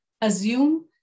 assume